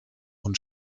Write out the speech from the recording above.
und